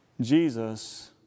Jesus